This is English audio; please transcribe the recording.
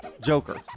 joker